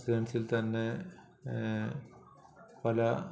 ക്രിസ്ത്യൻസിൽ തന്നെ പല